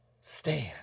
stand